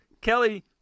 Kelly